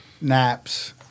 Naps